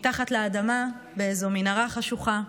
מתחת לאדמה באיזו מנהרה חשוכה,